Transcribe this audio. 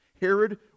Herod